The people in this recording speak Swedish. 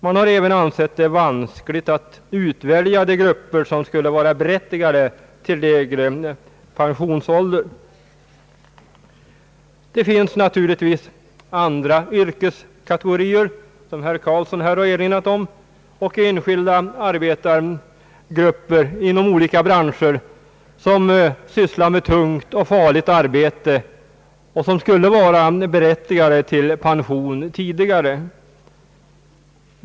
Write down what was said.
Man har även ansett det vanskligt att utvälja de grupper som skulle vara berättigade till lägre pensionsålder. Det finns naturligtvis andra yrkeskategorier, som herr Eric Carlsson här har erinrat om, och enskilda arbetargrupper inom olika branscher som sysslar med tungt och farligt arbete och som borde vara berättigade till pension tidigare.